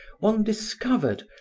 one discovered,